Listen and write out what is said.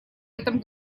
этом